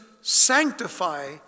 sanctify